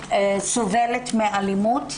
סובלת מאלימות,